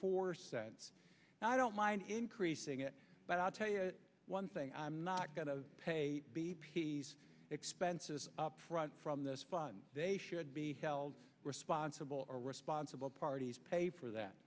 four cents and i don't mind increasing it but i'll tell you one thing i'm not going to pay b p s expenses up front from this fund they should be held responsible or responsible parties pay for that